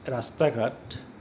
ৰাস্তা ঘাট